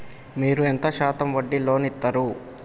మీరు ఎంత శాతం వడ్డీ లోన్ ఇత్తరు?